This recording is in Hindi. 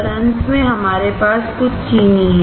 और अंत में हमारे पास कुछ चीनी है